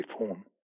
reform